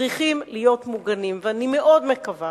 צריכים להיות מוגנים, ואני מאוד מקווה